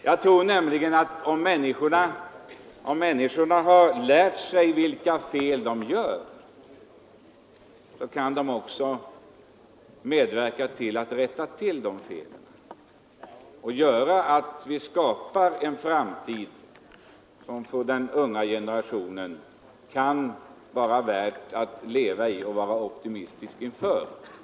Jag tror nämligen att om människorna har lärt sig vilka fel de gör så kan de också medverka till att rätta till dessa fel så att vi skapar en framtid som för den unga generationen kan vara värd att leva i och som den kan vara optimistisk inför.